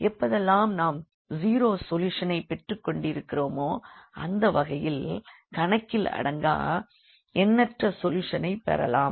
எப்போதெல்லாம் நான் ஜீரோ சொல்யூஷனைப் பெற்றுக்கொண்டிருக்கிறோமோ அந்த வகையில் கணக்கிலங்கா எண்ணற்ற சொல்யூஷனைப் பெறலாம்